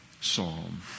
psalm